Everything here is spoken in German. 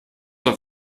auf